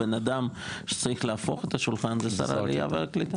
הבן-אדם שצריך להפוך את השולחן הוא שר העלייה והקליטה.